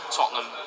Tottenham